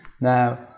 Now